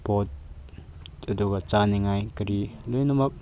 ꯄꯣꯠ ꯑꯗꯨꯒ ꯆꯥꯅꯤꯡꯉꯥꯏ ꯀꯔꯤ ꯂꯣꯏꯅꯃꯛ